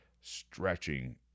Stretching